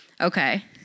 Okay